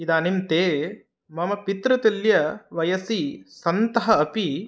इदानीं ते मम पितृतुल्यवयसि सन्तः अपि